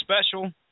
special